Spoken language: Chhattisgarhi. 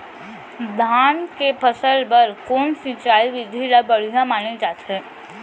धान के फसल बर कोन सिंचाई विधि ला बढ़िया माने जाथे?